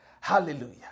Hallelujah